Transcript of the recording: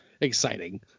exciting